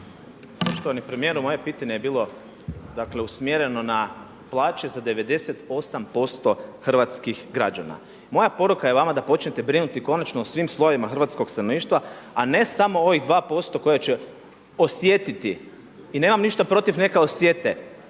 Poštovani premijeru, moje pitanje je bilo dakle usmjereno na plaće za 98% hrvatskih građana. Mora poruka je vama da počnete brinuti konačno o svim slojevima hrvatskog stanovništva, a ne samo ovih 2% koje će osjetiti i nemam ništa protiv, neka osjete